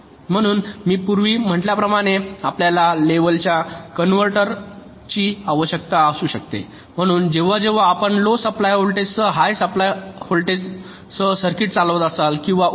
म्हणून मी पूर्वी म्हटल्याप्रमाणे आपल्याला लेवलच्या कनव्हर्टरची आवश्यकता असू शकते म्हणून जेव्हा जेव्हा आपण लो सप्लाय व्होल्टेजसह हाय सप्लाय व्होल्टेजसह सर्किट चालवित असाल किंवा उलट